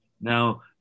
Now